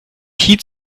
heat